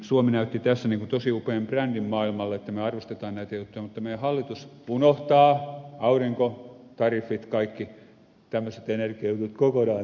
suomi näytti tässä niin kuin tosi upean brändin maailmalle että me arvostetaan näitä juttuja mutta meidän hallitus unohtaa aurinkotariffit kaikki tämmöiset energiajutut kokonaan tästä jutusta